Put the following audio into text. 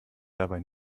dabei